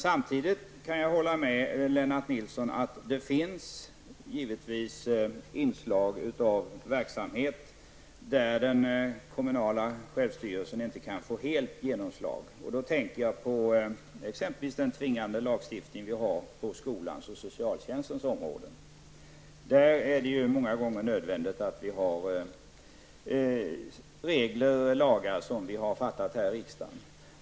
Samtidigt kan jag hålla med Lennart Nilsson om att det finns verksamheter där den kommunala självstyrelsen inte helt kan få genomslag. Jag tänker exempelvis på den tvingande lagstiftning som vi har på skolans och socialtjänstens områden. Där är det många gånger nödvändigt med regler och lagar som vi har fattat beslut om här i riksdagen.